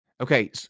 Okay